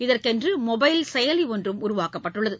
இதற்கென்று மொபைல் செயலி ஒன்றும் உருவாக்கப்பட்டுள்ளது